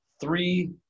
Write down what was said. three